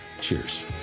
cheers